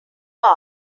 are